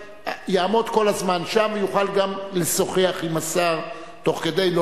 יעמוד כל הזמן שם ויוכל גם לשוחח עם השר תוך כדי,